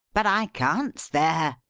but i can't spare